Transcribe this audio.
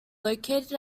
located